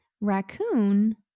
raccoon